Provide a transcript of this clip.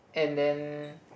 and then